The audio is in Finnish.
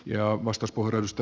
arvoisa puhemies